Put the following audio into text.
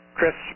Chris